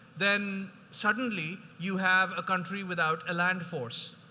then suddenly you have a country without a land force,